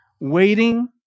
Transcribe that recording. waiting